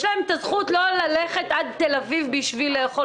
יש להם את הזכות לא ללכת עד תל אביב בשביל לאכול